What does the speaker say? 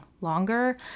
longer